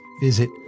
visit